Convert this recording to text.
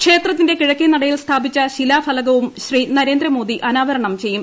ക്ഷേത്രത്തിന്റെ കിഴക്കേനടയിൽ സ്ഥാപിച്ച ശിലാഫ ലകവും ശ്രീ നരേന്ദ്രമോദി അനാവരണം ചെയ്യും